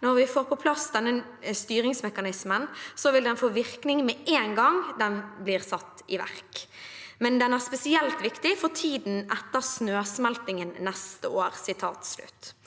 «Når vi får på plass denne styringsmekanismen, så vil den få virkning med én gang den blir satt i verk. Men den er spesielt viktig for tida etter snøsmeltingen neste år.» Vi er langt